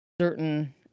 certain